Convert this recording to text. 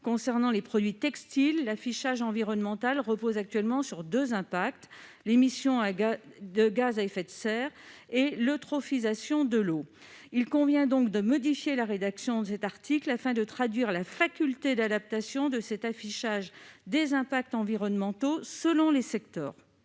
concernant les produits textiles, l'affichage environnemental repose actuellement sur deux impacts : l'émission de gaz à effet de serre et l'eutrophisation de l'eau. Il convient donc de modifier la rédaction de cette phrase afin d'autoriser l'adaptation de cet affichage selon les secteurs.